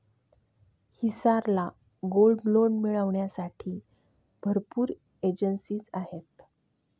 हिसार ला gold loan मिळविण्यासाठी भरपूर एजेंसीज आहेत